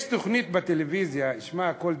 יש תוכנית בטלוויזיה, שמה "הכול דיבורים".